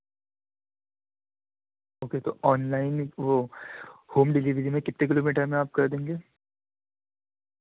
okay تو online وہ home delivery میں کتنے کلو میٹر میں آپ کر دیں گے